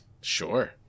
Sure